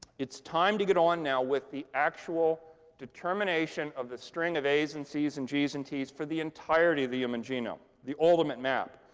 it's time to get on, now, with the actual determination of the string of a's, and c's, and g's, and t's for the entirety of the human genome the ultimate map.